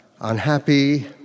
unhappy